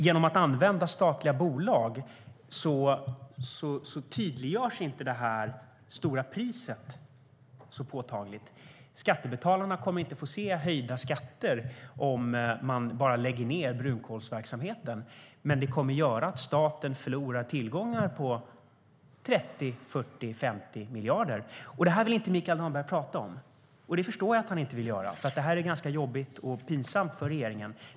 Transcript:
Genom att använda statliga bolag tydliggörs inte detta höga pris så påtagligt. Skattebetalarna kommer inte att få se höjda skatter om man bara lägger ned brunkolsverksamheten, men det kommer att göra att staten förlorar tillgångar på 30, 40 eller 50 miljarder. Det här vill inte Mikael Damberg tala om. Det förstår jag att han inte vill, för det här är ganska jobbigt och pinsamt för regeringen.